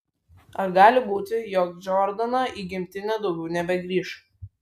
ar gali būti jog džordana į gimtinę daugiau nebegrįš